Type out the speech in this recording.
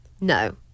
no